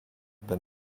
been